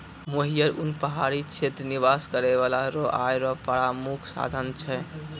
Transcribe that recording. मोहियर उन पहाड़ी क्षेत्र निवास करै बाला रो आय रो प्रामुख साधन छै